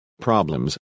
problems